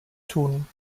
tun